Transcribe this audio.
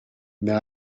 mais